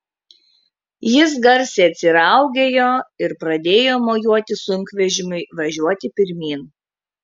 jis garsiai atsiraugėjo ir pradėjo mojuoti sunkvežimiui važiuoti pirmyn